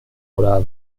oder